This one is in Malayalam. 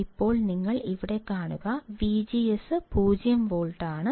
ഇപ്പോൾ നിങ്ങൾ ഇവിടെ കാണുന്നു വിജിഎസ് 0 വോൾട്ട് ആണ്